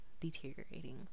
deteriorating